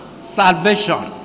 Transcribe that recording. Salvation